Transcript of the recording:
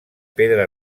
pedra